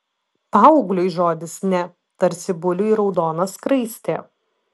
paaugliui žodis ne tarsi buliui raudona skraistė